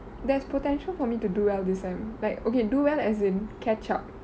there's potential for me to do well this sem like okay do well as in catch up